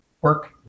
work